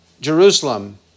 Jerusalem